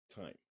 time